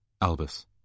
Albus